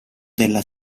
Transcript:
della